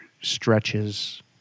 stretches